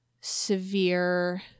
severe